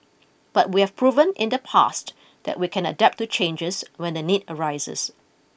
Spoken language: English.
but we have proven in the past that we can adapt to changes when the need arises